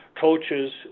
coaches